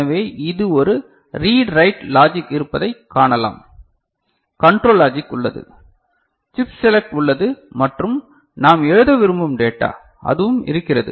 எனவே இது ஒரு ரீட் ரைட் லாஜிக் இருப்பதைக் காணலாம் கன்ட்ரோல் லாஜிக் உள்ளது சிப் செலக்ட் உள்ளது மற்றும் நாம் எழுத விரும்பும் டேட்டா அதுவும் இருக்கிறது